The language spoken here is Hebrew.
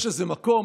יש לזה מקום.